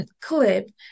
clip